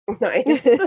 Nice